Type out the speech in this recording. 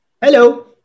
Hello